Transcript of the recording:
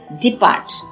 depart